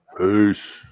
Peace